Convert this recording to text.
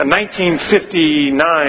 1959